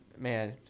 man